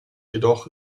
jedoch